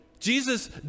Jesus